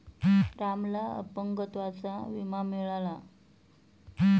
रामला अपंगत्वाचा विमा मिळाला